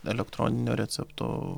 elektroninio recepto